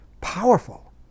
powerful